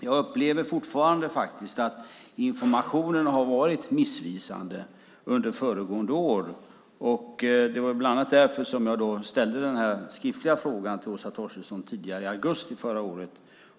Jag upplever fortfarande att informationen har varit missvisande under föregående år. Det var bland annat därför som jag ställde den skriftliga frågan till Åsa Torstensson i augusti förra året.